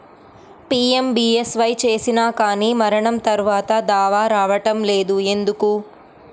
PMBSY చేసినా కానీ మరణం తర్వాత దావా రావటం లేదు ఎందుకు?